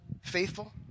Faithful